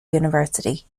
university